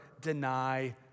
deny